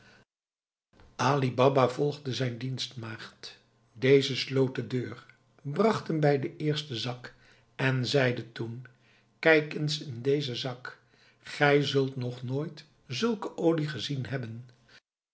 baba volgde zijn dienstmaagd deze sloot de deur bracht hem bij den eersten zak en zeide toen kijk eens in dezen zak gij zult nog nooit zulke olie gezien hebben